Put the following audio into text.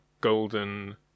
Golden